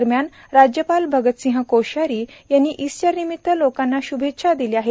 दरम्यान राज्यपाल भगतसिंह कोश्यारी यांनी ईस्टर निमित्त लोकांना शुभेच्छा दिल्या आहेत